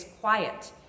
quiet